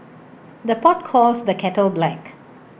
the pot calls the kettle black